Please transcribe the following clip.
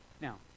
Now